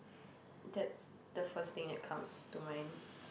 that's the first thing that comes to mind